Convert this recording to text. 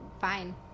fine